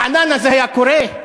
ברעננה זה היה קורה?